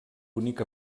bonic